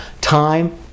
time